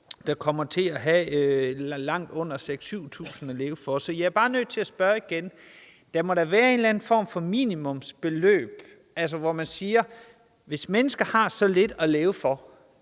der kommer til at have langt under 6.000-7.000 kr. at leve for. Så jeg er bare nødt til at spørge igen: Er der en eller anden form for minimumsbeløb – altså hvor man siger, at hvis mennesker har så lidt at leve for,